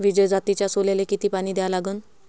विजय जातीच्या सोल्याले किती पानी द्या लागन?